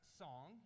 song